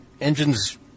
Engines